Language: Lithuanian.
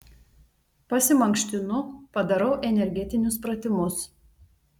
pasimankštinu padarau energetinius pratimus